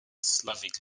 slavic